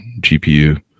GPU